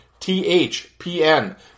THPN